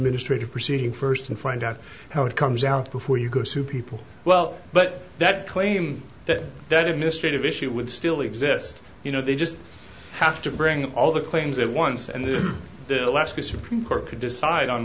administrative proceeding first and find out how it comes out before you could sue people well but that claim that that administrative issue would still exist you know they just have to bring all the claims at once and the alaska supreme court could decide on